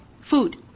food